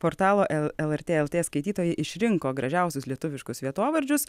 portalo l lrt lt skaitytojai išrinko gražiausius lietuviškus vietovardžius